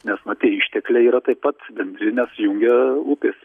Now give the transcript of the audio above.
nes na tie ištekliai yra taip pat bendri nes jungia upės